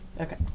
Okay